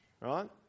right